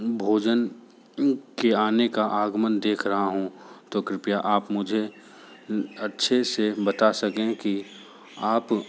भोजन के आने का आगमन देख रहा हूँ तो कृपया आप मुझे अच्छे से बता सकें कि आप